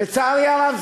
לצערי הרב,